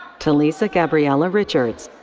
talisa gabriella richards.